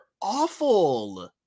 awful